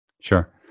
Sure